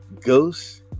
Ghost